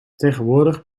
tegenwoordig